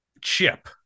Chip